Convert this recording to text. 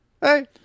Hey